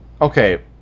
Okay